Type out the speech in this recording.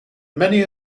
many